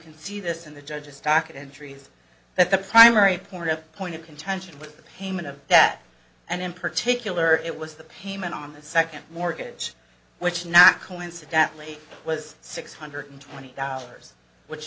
can see this in the judge's docket entries that the primary point of point of contention with the payment of that and in particular it was the payment on the second mortgage which not coincidentally was six hundred twenty dollars which